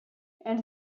and